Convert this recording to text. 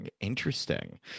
Interesting